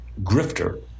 grifter